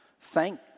Thank